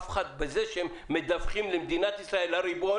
בזה שהם מדווחים למדינת ישראל, לריבון